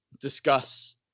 discuss